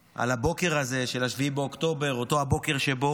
על הבוקר הזה של 7 באוקטובר, אותו בוקר שבו